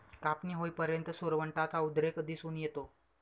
कापणी होईपर्यंत सुरवंटाचा उद्रेक दिसून येतो